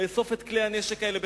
לאסוף את כלי הנשק האלה.